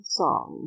song